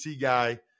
guy